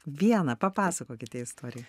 vieną papasakokite istoriją